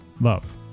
Love